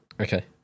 Okay